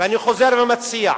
ואני חוזר ומציע,